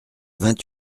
vingt